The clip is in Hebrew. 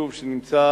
יישוב שנמצא